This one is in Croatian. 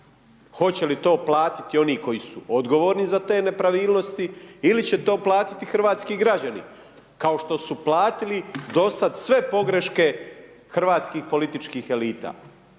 Hoće li to platiti oni koji su odgovorni za te nepravilnosti ili će to platiti hrvatski građani kao što su platili do sad sve pogreške hrvatskih političkih elita?